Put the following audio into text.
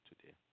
today